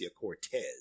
Cortez